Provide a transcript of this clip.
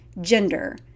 gender